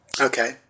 Okay